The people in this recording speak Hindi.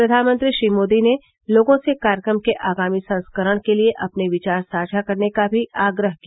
प्रधानमंत्री श्री मोदी ने लोगों से कार्यक्रम के आगामी संस्करण के लिए अपने विचार साझा करने का भी आग्रह किया